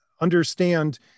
understand